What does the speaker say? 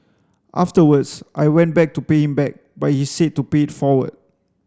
afterwards I went back to pay him back but he said to pay it forward